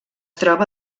troba